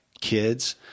kids